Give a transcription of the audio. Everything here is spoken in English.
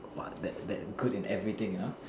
what that that good in everything ah